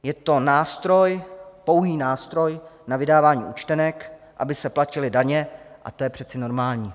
Je to nástroj, pouhý nástroj na vydávání účtenek, aby se platily daně, a to je přece normální.